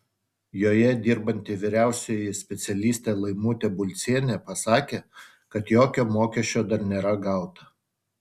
joje dirbanti vyriausioji specialistė laimutė bulcienė pasakė kad jokio mokesčio dar nėra gauta